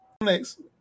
Next